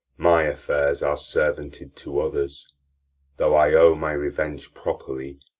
my affairs are servanted to others though i owe my revenge properly,